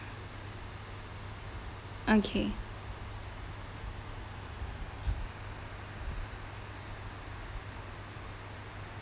okay